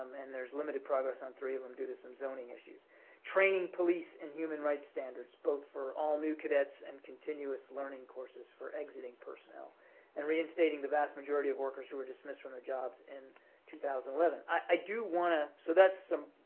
and there's limited progress on three of them due to some zoning issues training police and human rights standards both for all new cadets and continuous learning courses for exiting personnel and reinstating the vast majority of workers who were dismissed from their jobs in two thousand and eleven. i do want to so that's some